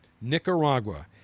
Nicaragua